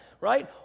right